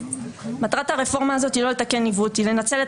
מטרת הרפורמה הזאת היא לא לתקן עיוות; היא לנצל את